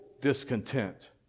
discontent